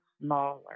smaller